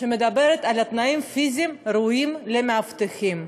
שמדברת על תנאים פיזיים ראויים למאבטחים.